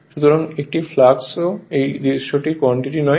সুতরাং একটি ফ্লাক্সও এটি দৃশ্যমান কোয়ান্টিটি নয়